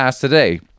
today